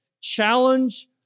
challenge